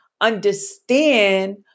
understand